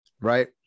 Right